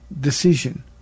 decision